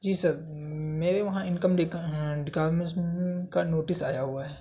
جی sir میرے وہاں income ڈکارمنس کا نوٹس آیا ہوا ہے